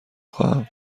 خواهم